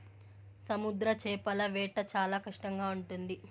సముద్ర చేపల వేట చాలా కష్టంగా ఉంటుంది